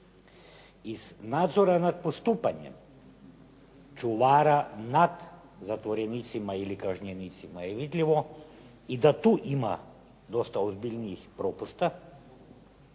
Iz nadzora nad postupanjem čuvara nad zatvorenicima ili kažnjenicima je vidljivo i da tu ima dosta ozbiljnijih propusta,